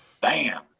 bam